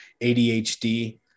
adhd